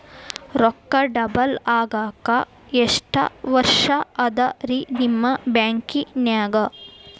ರೊಕ್ಕ ಡಬಲ್ ಆಗಾಕ ಎಷ್ಟ ವರ್ಷಾ ಅದ ರಿ ನಿಮ್ಮ ಬ್ಯಾಂಕಿನ್ಯಾಗ?